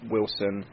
Wilson